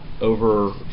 over